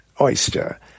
oyster